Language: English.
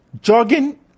Jogging